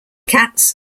cats